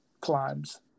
climbs